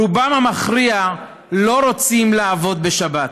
רובם המכריע לא רוצים לעבוד בשבת.